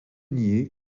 nier